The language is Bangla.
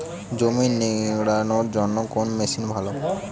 জমি নিড়ানোর জন্য কোন মেশিন ভালো?